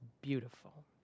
beautiful